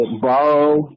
borrow